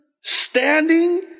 standing